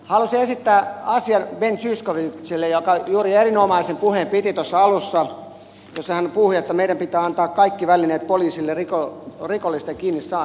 haluaisin esittää asian ben zyskowiczille joka piti juuri tuossa alussa erinomaisen puheen jossa hän sanoi että meidän pitää antaa kaikki välineet poliisille rikollisten kiinni saamiseksi